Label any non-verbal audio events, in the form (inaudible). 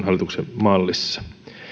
(unintelligible) hallituksen mallissa